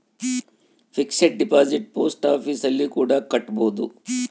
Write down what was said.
fixed deposit post office ಅಲ್ಲಿ ಕೂಡ ಕಟ್ಬೋದು